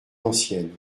ancienne